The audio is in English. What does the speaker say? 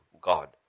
God